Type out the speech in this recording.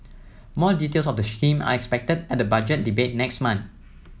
more details of the scheme are expected at the Budget Debate next month